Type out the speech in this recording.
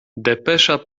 depesza